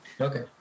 Okay